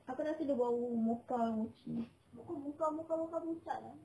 aku rasa dia bau mocha mochi